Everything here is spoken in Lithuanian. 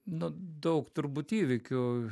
na daug turbūt įvykių